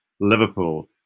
Liverpool